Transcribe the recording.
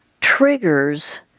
triggers